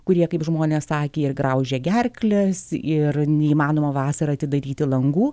kurie kaip žmonės sakė ir graužia gerkles ir neįmanoma vasarą atidaryti langų